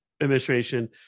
administration